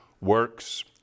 works